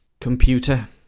Computer